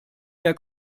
der